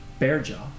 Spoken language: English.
Bearjaw